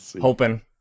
hoping